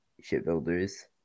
shipbuilders